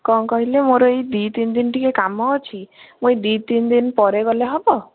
କ'ଣ କହିଲେ ମୋର ଏଇ ଦୁଇ ତିନି ଦିନ ଟିକିଏ କାମ ଅଛି ମୁଁ ଏଇ ଦୁଇ ତିନି ଦିନ ପରେ ଗଲେ ହେବ